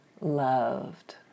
loved